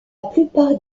plupart